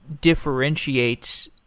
differentiates